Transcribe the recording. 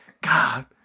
God